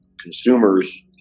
consumers